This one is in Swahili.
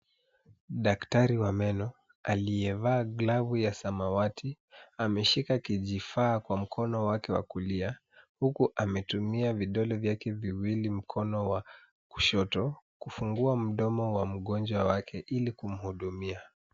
Daktari wa meno, aliyevaa glavu ya samawati, ameshika kijikifaa kwa mkono wake wa kulia, huku ametumia vidole vyake viwili mkono wa wa kushoto, kufungua mdomo wa mgonjwa wake, ili kumhudumia.